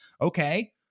Okay